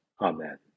Amen